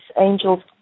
angel's